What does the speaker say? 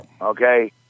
Okay